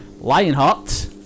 Lionheart